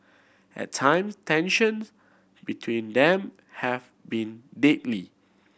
at time tension between them have been deadly